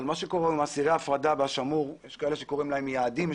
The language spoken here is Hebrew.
מה שקורה זה שאסירי הפרדה והשמור יש כאלה שקוראים להם יעדים,